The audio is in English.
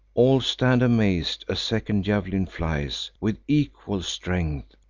all stand amaz'd a second jav'lin flies with equal strength,